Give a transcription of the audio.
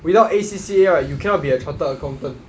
without A_C_C_A right you cannot be a chartered accountant